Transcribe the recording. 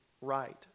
right